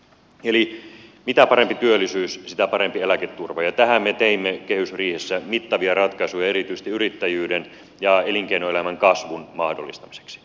eli mitä parempi työllisyys sitä parempi eläketurva ja tähän me teimme kehysriihessä mittavia ratkaisuja erityisesti yrittäjyyden ja elinkeinoelämän kasvun mahdollistamiseksi